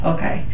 Okay